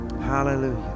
Hallelujah